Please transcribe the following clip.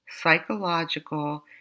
psychological